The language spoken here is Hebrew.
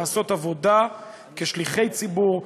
לעשות עבודה כשליחי ציבור,